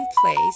place